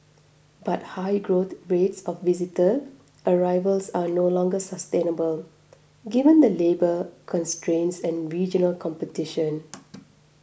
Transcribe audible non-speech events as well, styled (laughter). but high growth rates of visitor arrivals are no longer sustainable given the labour constraints and regional competition (noise)